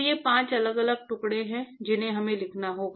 तो ये पांच अलग अलग टुकड़े हैं जिन्हें हमें लिखना है